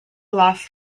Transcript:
lost